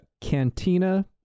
Cantina